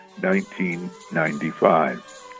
1995